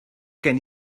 gen